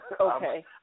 Okay